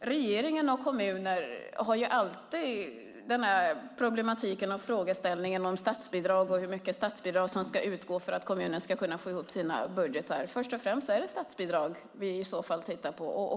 Regeringen och kommunerna har alltid den här problematiken och frågeställningen om statsbidrag och hur mycket statsbidrag som ska utgå för att kommunerna ska kunna få ihop sina budgetar. Först och främst är det statsbidrag vi i så fall tittar på.